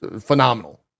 phenomenal